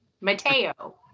Mateo